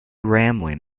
rambling